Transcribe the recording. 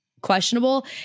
Questionable